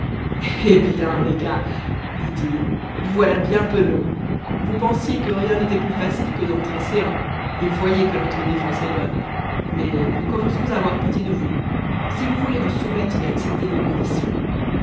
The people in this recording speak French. eh bien mes gars dit-il vous voilà bien penauds vous pensiez que rien n'était plus facile que d'entrer céans et vous voyez que notre défense est bonne mais nous commençons à avoir pitié de vous si vous voulez vous soumettre et accepter nos conditions